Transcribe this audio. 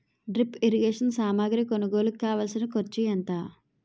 drip irrigation సామాగ్రి కొనుగోలుకు కావాల్సిన ఖర్చు ఎంత